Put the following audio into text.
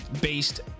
based